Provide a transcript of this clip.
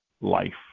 life